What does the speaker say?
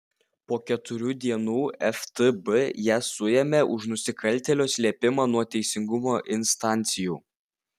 po keturių dienų ftb ją suėmė už nusikaltėlio slėpimą nuo teisingumo instancijų